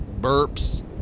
burps